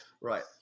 Right